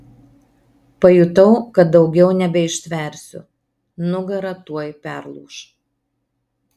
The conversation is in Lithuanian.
pajutau kad daugiau nebeištversiu nugara tuoj perlūš